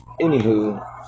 Anywho